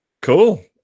Cool